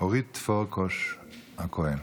אורית פרקש הכהן.